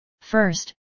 First